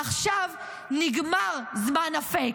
עכשיו נגמר זמן הפייק.